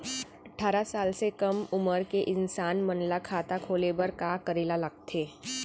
अट्ठारह साल से कम उमर के इंसान मन ला खाता खोले बर का करे ला लगथे?